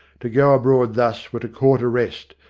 to go abroad thus were to court arrest,